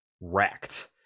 wrecked